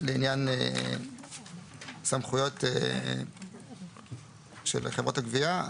לעניין סמכויות של חברות הגבייה,